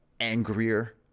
angrier